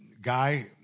guy